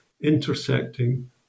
intersecting